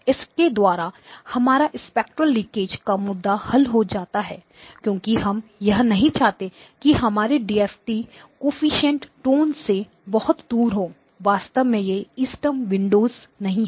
इसके द्वारा हमारा स्पेक्ट्रल लीकेज का मुद्दा हल हो जाता है क्योंकि हम यह नहीं चाहते कि हमारे डीएफटी कोएफ़िशिएंट्स टोन से बहुत दूर हो वास्तव में यह इष्टतम विंडोस नहीं है